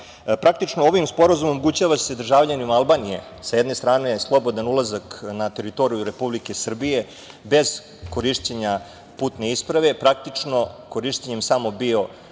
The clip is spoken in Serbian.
Praktično, ovim sporazumom omogućava se državljanima Albanije sa jedne strane slobodan ulazak na teritoriju Republike Srbije bez korišćenja putne isprave, praktično korišćenjem samo